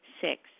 Six